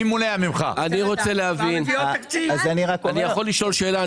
אני רוצה להבין, אני יכול לשאול שאלה?